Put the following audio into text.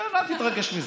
לכן אל תתרגש מזה.